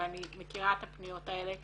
ואני מכירה את הפניות האלה,